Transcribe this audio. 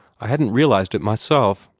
i hadn't realized it myself.